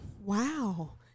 Wow